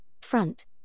front